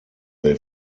they